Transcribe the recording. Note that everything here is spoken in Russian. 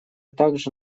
также